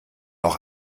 auch